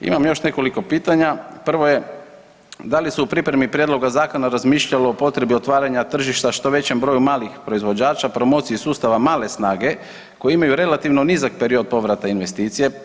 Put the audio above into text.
Imam još nekoliko pitanja, prvo je da li se u pripremi prijedloga zakona razmišljalo o potrebi otvaranja tržišta što većem broju malih proizvođača, promociji sustava male snage koji imaju relativno nizak period povrata investicije?